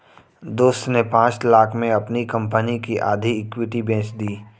दोस्त ने पांच लाख़ में अपनी कंपनी की आधी इक्विटी बेंच दी